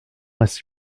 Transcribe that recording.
ainsi